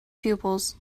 pupils